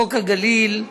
חוק הגליל,